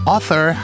Author